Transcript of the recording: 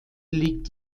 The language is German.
liegt